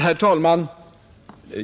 Herr talman!